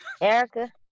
Erica